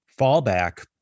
fallback